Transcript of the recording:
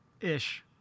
Ish